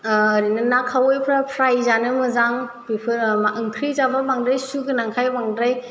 ओरैनो ना खावैफ्रा फ्राय जानो मोजां बेफोर ओंख्रि जाबा बांद्राय सु गोनांखाय बांद्राय